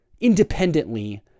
independently